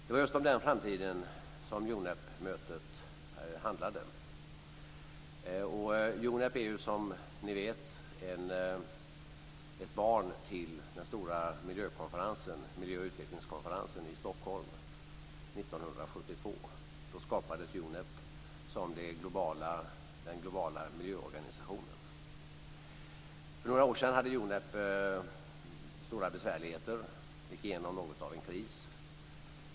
Det var just om den framtiden som UNEP-mötet handlade. UNEP är, som ni vet, ett barn till den stora miljö och utvecklingskonferensen i Stockholm 1972. Då skapades UNEP som den globala miljöorganisationen. För några år sedan hade UNEP stora besvärligheter och gick igenom något av en kris.